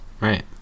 Right